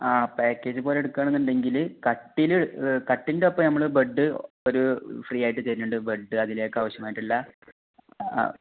ആ പാക്കേജ് പോലെ എടുക്കുകയാണെന്നുണ്ടെങ്കിൽ കട്ടിൽ കട്ടിലിൻ്റെയൊപ്പം നമ്മൾ ബെഡ് ഒരു ഫ്രീ ആയിട്ട് തരുന്നുണ്ട് ബെഡ് അതിലേക്ക് ആവശ്യമായിട്ടുള്ള